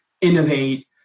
innovate